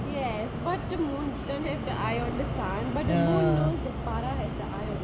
ya what a moon don't have the eye on the sun but the moon knows that paara has eye